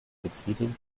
succeeded